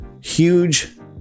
Huge